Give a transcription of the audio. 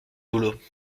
boulot